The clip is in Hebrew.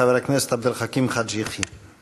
חבר הכנסת עבד אל חכים חאג' יחיא.